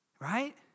Right